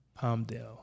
Palmdale